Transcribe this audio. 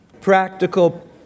Practical